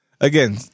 again